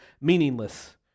meaningless